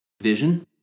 vision